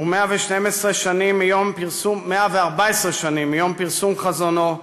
ו-114 שנים מיום פרסום חזונו,